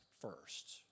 first